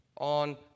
on